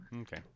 okay